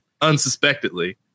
unsuspectedly